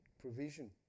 provision